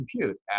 compute